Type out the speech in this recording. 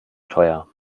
teuer